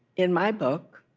in my book,